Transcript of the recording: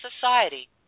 society